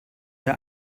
der